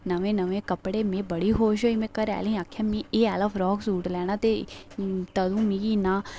नमें नमें कपड़े में बड़ी खुश होई घरा आहलें गी आखेआ में एह् आला फ्राक सूट लेना ते तंदू मिगी इन्ना